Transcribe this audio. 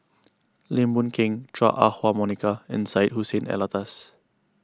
Lim Boon Keng Chua Ah Huwa Monica and Syed Hussein Alatas